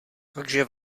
takže